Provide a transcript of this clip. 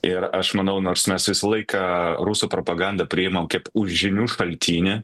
ir aš manau nors mes visą laiką rusų propagandą priimam kaip už žinių šaltinį